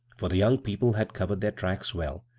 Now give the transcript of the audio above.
for the youn people had covered their tmcks well,